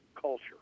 culture